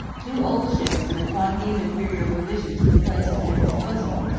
two old ships and a quantity of inferior provisions were placed at their disposal,